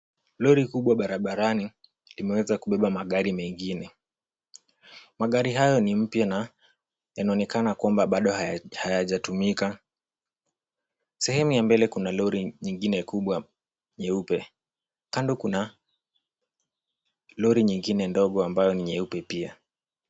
Lori kubwa barabarani, imeweza kubeba magari mengine. Magari hayo ni mpya na yanaonekana kwamba bado hayajatumika. Sehemu ya mbele kuna lori nyingine kubwa, nyeupe, kando kuna lori nyingine ndogo ambayo ni nyeupe pia.